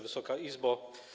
Wysoka Izbo!